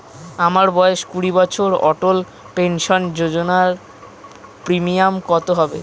আমার বয়স কুড়ি বছর অটল পেনসন যোজনার প্রিমিয়াম কত হবে?